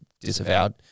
disavowed